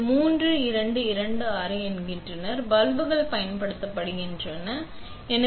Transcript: இது 3226 என்கிறார் பல்புகள் பயன்படுத்தப்படுகின்றன எத்தனை மணி நேரம் ஆகும்